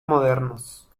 modernos